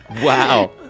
Wow